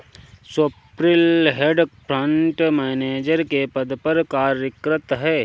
Swapnil hedge fund manager के पद पर कार्यरत है